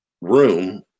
room